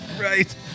Right